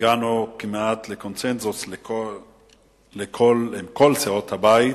הגענו כמעט לקונסנזוס עם כל סיעות הבית,